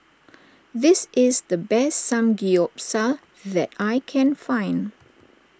this is the best Samgeyopsal that I can find